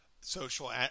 social